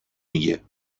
میگه